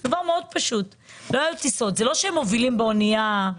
זה לא שהם מובילים באנייה,